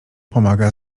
pomaga